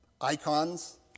icons